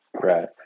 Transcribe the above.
Right